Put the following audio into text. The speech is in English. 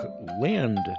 land